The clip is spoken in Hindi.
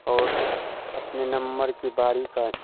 और अपने नम्बर की बारी का